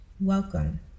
welcome